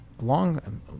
Long